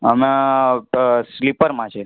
અમે તો સ્લીપરમાં છે